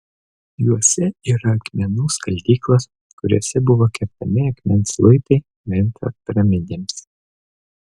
juose yra akmenų skaldyklos kuriose buvo kertami akmens luitai memfio piramidėms